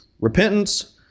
Repentance